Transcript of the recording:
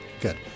Good